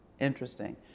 Interesting